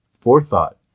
forethought